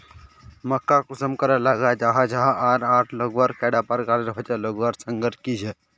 मक्का कुंसम करे लगा जाहा जाहा आर लगवार कैडा प्रकारेर होचे लगवार संगकर की झे?